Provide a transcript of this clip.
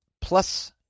plus